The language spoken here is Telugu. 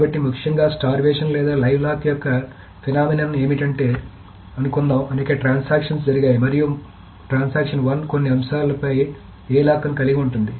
కాబట్టి ముఖ్యంగా స్టార్వేషన్ లేదా లైవ్ లాక్ యొక్క దృగ్విషయం ఏమిటంటే అనుకుందాం అనేక ట్రాన్సాక్షన్స్ జరిగాయి మరియు ట్రాన్సాక్షన్ 1 కొన్ని అంశాలపై a లాక్ను కలిగి ఉంటుంది